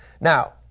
Now